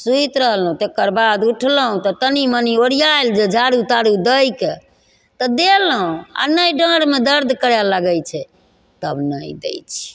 सुति रहलहुँ तकर बाद उठलहुँ तऽ तनि मनि ओरियाइल जे झाड़ू ताड़ू दए कऽ तऽ देलहुँ आओर नहि डाँरमे दर्द करय लागय छै तब नहि दै छी